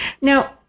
now